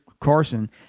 Carson